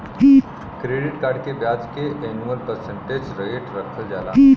credit cards के ब्याज के एनुअल परसेंटेज रेट रखल जाला